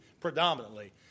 predominantly